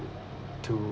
to